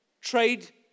trade